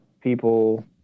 people